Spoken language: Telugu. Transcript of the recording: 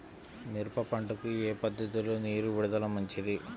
మిరప పంటకు ఏ పద్ధతిలో నీరు విడుదల మంచిది?